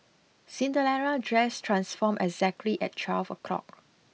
Cinderella's dress transformed exactly at twelve o'clock